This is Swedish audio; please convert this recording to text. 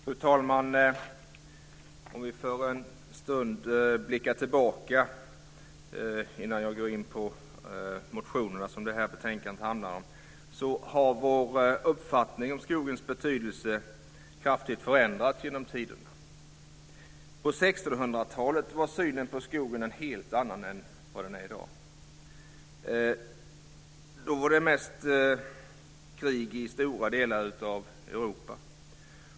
Fru talman! Jag ska för en stund blicka tillbaka innan jag går in på de motioner som det här betänkandet handlar om. Vår uppfattning om skogens betydelse har kraftigt förändrats genom tiderna. På 1600-talet var synen på skogen en helt annan än vad den är i dag. Då var för det mesta krig i stora delar av Europa.